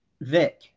Vic